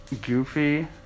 Goofy